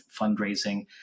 fundraising